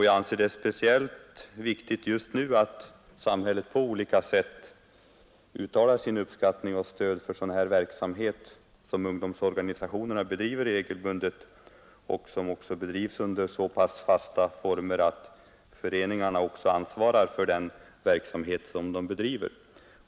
Jag anser det speciellt viktigt just nu att samhället på olika sätt uttalar sin uppskattning och sitt stöd för sådan verksamhet som ungdomsorganisationerna nu regelbundet bedriver för att föra ut denna ökade informationsverksamhet.